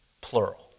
plural